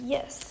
Yes